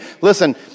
listen